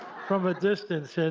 from a distance. and